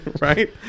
right